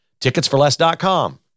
ticketsforless.com